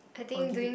or give it